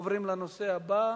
אנחנו עוברים לנושא הבא,